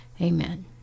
Amen